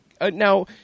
now